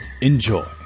Enjoy